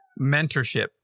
mentorship